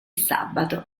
sabato